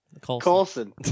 Coulson